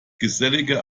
gesellige